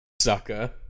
sucker